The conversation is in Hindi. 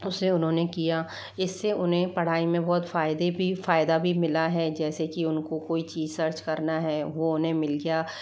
उसे उन्होंने किया इससे उन्हें पढ़ाई में बहुत फ़ायदा भी फ़ायदा भी मिला है जैसे कि उनको कोई चीज सर्च करना है वो उन्हें मिल गया